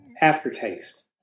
aftertaste